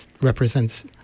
represents